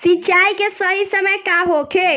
सिंचाई के सही समय का होखे?